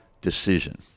decision